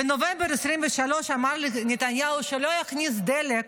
בנובמבר 2023 אמר נתניהו שלא יכניס דלק